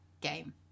game